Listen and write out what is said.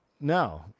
no